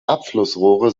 abflussrohre